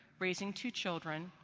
raising two children,